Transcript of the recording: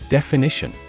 Definition